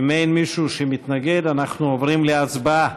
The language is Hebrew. אם אין מישהו שמתנגד, אנחנו עוברים להצבעה.